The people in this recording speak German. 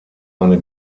eine